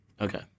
Okay